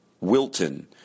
Wilton